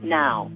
now